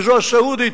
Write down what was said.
מזו הסעודית?